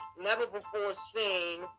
never-before-seen